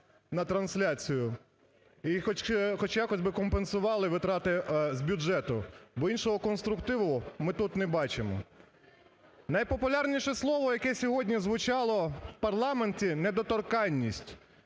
на трансляцію, і хоч якось би компенсували витрати з бюджету. Бо іншого конструктиву ми тут не бачимо. Найпопулярніше слово, яке сьогодні звучало в парламенті, "недоторканність".